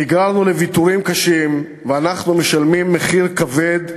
נגררנו לוויתורים קשים ואנחנו משלמים מחיר כבד,